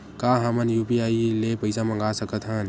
का हमन ह यू.पी.आई ले पईसा मंगा सकत हन?